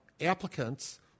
applicants